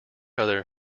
other